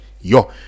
yo